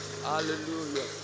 Hallelujah